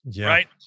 right